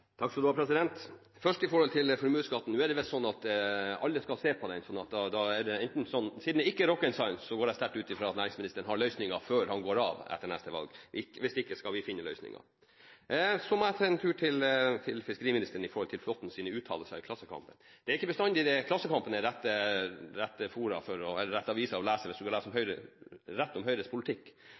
Først til formuesskatten. Nå er det visst sånn at alle skal se på den. Siden det ikke er «rocket science», går jeg sterkt ut fra at næringsministeren har løsningen før han går av etter neste valg. Hvis ikke, skal vi finne løsninger. Så må jeg ta en tur til fiskeriministeren med tanke på Flåttens uttalelser i Klassekampen. Det er ikke bestandig Klassekampen er rette avis å lese hvis man vil lese rett om Høyres politikk. Uttalelsen der gjaldt en formulering i det høringsnotatet som